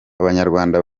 abanyarwanda